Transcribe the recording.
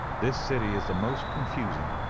this city is the most confusing.